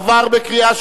נתקבל.